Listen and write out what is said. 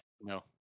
no